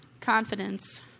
confidence